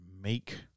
make